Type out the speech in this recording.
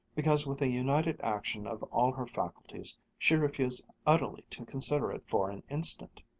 because with a united action of all her faculties she refused utterly to consider it for an instant.